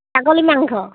ছাগলী মাংস